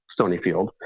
Stonyfield